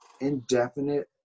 indefinite